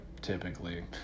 typically